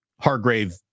Hargrave